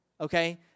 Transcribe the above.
Okay